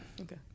Okay